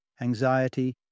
anxiety